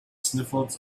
sniffles